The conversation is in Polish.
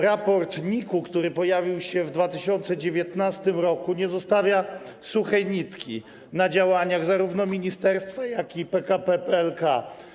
Raport NIK, który pojawił się w 2019 r., nie zostawia suchej nitki na działaniach zarówno ministerstwa, jak i PKP PLK.